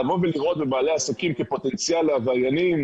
לראות בבעלי העסקים כפוטנציאל לעבריינים,